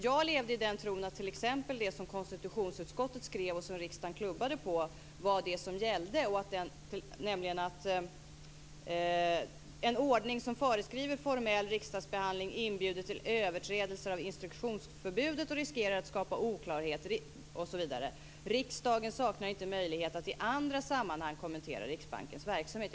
Jag levde i den tron att t.ex. det som konstitutionsutskottet skrev och som riksdagen klubbade var det som gällde, nämligen att en ordning som föreskriver formell riksdagsbehandling inbjuder till överträdelser av instruktionsförbudet och riskerar att skapa oklarhet, osv. Riksdagen saknar inte möjlighet att i andra sammanhang kommentera Riksbankens verksamhet.